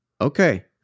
okay